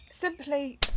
Simply